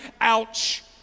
ouch